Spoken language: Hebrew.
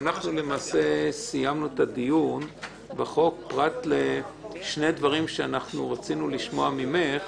אנחנו סיימנו את הדיון בחוק למעט שני דברים שרצינו לשמוע ממך.